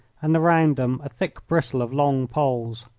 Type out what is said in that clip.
and around them a thick bristle of long poles.